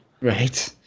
Right